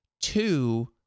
Two